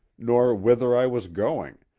nor whither i was going,